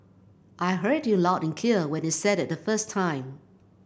I heard you loud and clear when you said it the first time